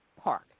park